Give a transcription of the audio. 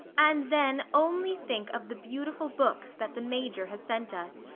and then only think of the beautiful books that the major has sent us.